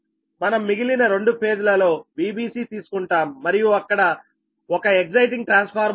మనం మిగిలిన రెండు ఫేజ్ ల లో Vbc తీసుకుంటాం మరియు అక్కడ ఒక ఎక్సైటింగ్ ట్రాన్స్ఫార్మర్ ఉంది